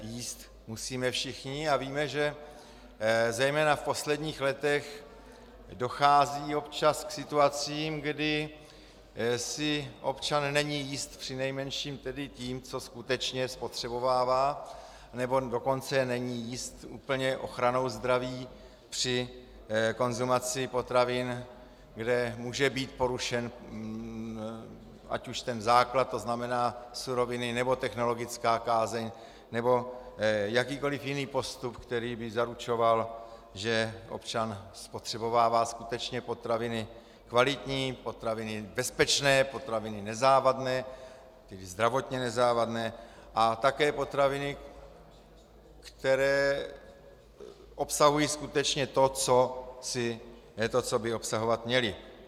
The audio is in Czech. Jíst musíme všichni a víme, že zejména v posledních letech dochází občas k situacím, kdy si občan není jist přinejmenším tedy tím, co skutečně spotřebovává, nebo dokonce není jist úplně ochranou zdraví při konzumaci potravin, kde může být porušen ať už ten základ, to znamená suroviny, nebo technologická kázeň, nebo jakýkoliv jiný postup, který by zaručoval, že občan spotřebovává skutečně potraviny kvalitní, potraviny bezpečné, potraviny nezávadné, tedy zdravotně nezávadné, a také potraviny, které obsahují skutečně to, co by obsahovat měly.